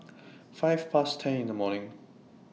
five Past ten in The morning